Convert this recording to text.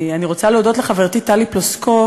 אני רוצה להודות לחברתי טלי פלוסקוב,